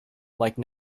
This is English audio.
like